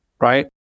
right